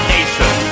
Nation